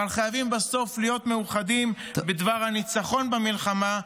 אבל חייבים בסוף להיות מאוחדים בדבר הניצחון במלחמה,